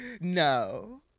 No